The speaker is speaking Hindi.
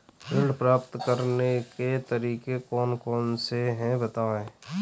ऋण प्राप्त करने के तरीके कौन कौन से हैं बताएँ?